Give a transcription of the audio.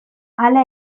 hala